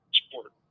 sport